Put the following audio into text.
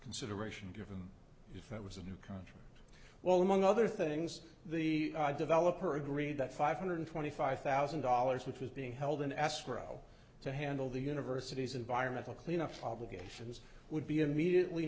consideration given if it was a new contract well among other things the developer agreed that five hundred twenty five thousand dollars which was being held in escrow to handle the university's environmental cleanup obligations would be immediately